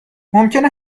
ممکنه